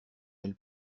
elle